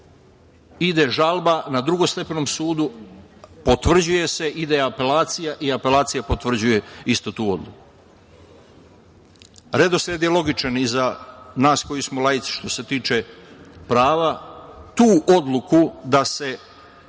ide žalba na drugostepenom sudu, potvrđuje se, ide apelacija, i apelacija potvrđuje tu istu odluku. Redosled je logičan i za nas koji smo laici što se tiče prava. Tu odluku da se